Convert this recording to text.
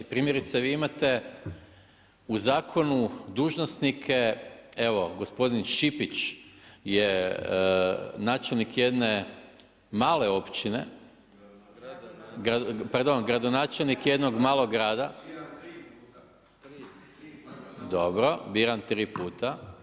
Primjerice vi imate u zakonu dužnosnike, evo gospodin Šipić je načelnik jedne male općine, pardon, gradonačelnik jednog malog grada … [[Upadica se ne čuje.]] dobro, biran 3 puta.